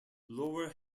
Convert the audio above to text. lower